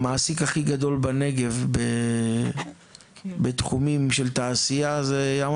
המעסיק הכי גדול בנגב בתחומים של תעשייה זה ים